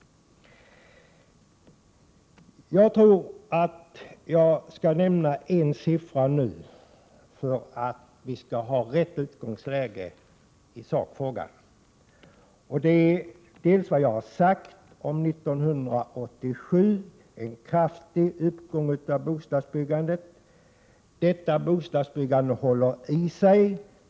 Jag tror att jag bör nämna vissa saker för att vi skall få ett riktigt utgångsläge i sakfrågan. Jag understryker vad jag redan har sagt om 1987: det blev en kraftig uppgång av bostadsbyggandet. Detta bostadsbyggande håller isig.